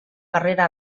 carrera